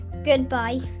Goodbye